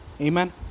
Amen